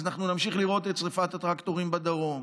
אז אנחנו נמשיך לראות את שרפת הטרקטורים בדרום,